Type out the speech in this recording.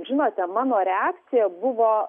žinote mano reakcija buvo